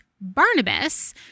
Barnabas